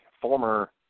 former